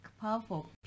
powerful